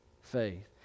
faith